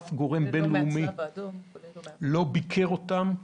אף גורם בין-לאומי לא ביקר אותם,